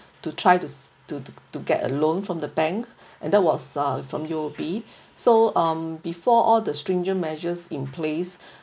to try to to to get a loan from the bank and that was ah from U_O_B so um before all the stringent measures in place